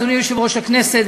אדוני יושב-ראש הכנסת,